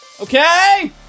okay